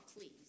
please